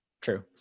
True